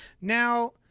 Now